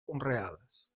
conreades